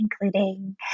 Including